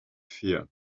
fear